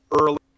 early